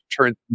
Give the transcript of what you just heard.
turns